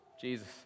Jesus